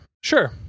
Sure